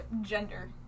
Gender